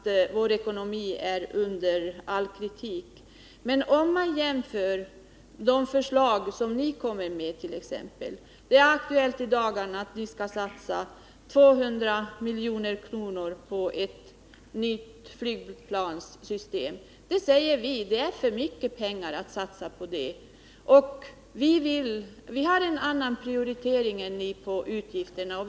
Vår ekonomi är under all kritik. Men man kan ändå göra reflexioner när man jämför med de förslag ni kommer med. i dagarna aktuellt att satsa 200 milj.kr. på ett nytt flygplanssystem. Vi säger att det är för mycket pengar att satsa på den saken. Vi har en annan prioritering än ni.